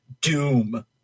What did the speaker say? doom